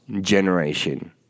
generation